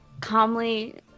calmly